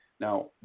Now